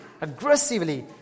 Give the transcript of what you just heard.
aggressively